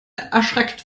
erschreckt